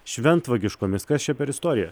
šventvagiškomis kas čia per istorija